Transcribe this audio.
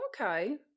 Okay